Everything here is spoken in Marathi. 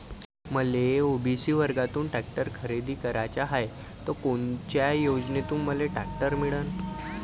मले ओ.बी.सी वर्गातून टॅक्टर खरेदी कराचा हाये त कोनच्या योजनेतून मले टॅक्टर मिळन?